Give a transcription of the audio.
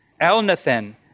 Elnathan